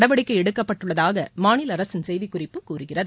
நடவடிக்கை எடுக்கப்பட்டுள்ளதாக மாநில அரசின் செய்திக்குறிப்பு கூறுகிறது